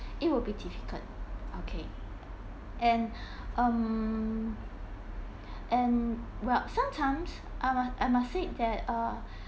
it will be difficult okay and um and well sometimes I mu~ I must say that